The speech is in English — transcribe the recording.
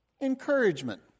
encouragement